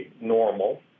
normal